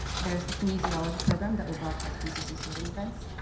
there is the kinesiology program that will broadcast pcc sorting events,